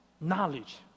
knowledge